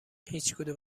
هیچکدوم